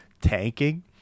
tanking